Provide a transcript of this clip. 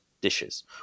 dishes